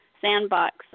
sandbox